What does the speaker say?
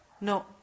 No